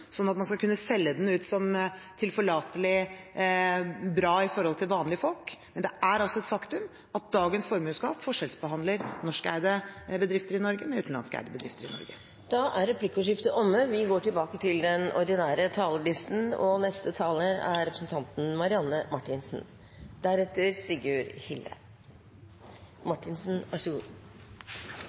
at man skal kunne selge den ut som tilforlatelig bra for vanlige folk, men det er altså et faktum at dagens formuesskatt forskjellsbehandler norskeide bedrifter i Norge med utenlandskeide bedrifter. Replikkordskiftet er omme. Dette er en debatt om skatte- og avgiftsopplegget, men jeg har lyst til å starte litt bredere enn det. Før valget i 2013 så